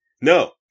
No